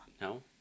No